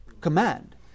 command